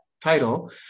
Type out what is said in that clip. title